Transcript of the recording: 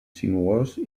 sinuós